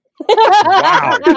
Wow